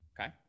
Okay